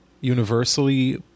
universally